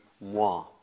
moi